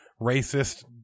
racist